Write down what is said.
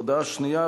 הודעה שנייה,